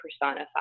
personify